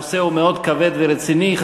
הנושא מאוד כבד ורציני.